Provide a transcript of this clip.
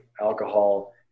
alcohol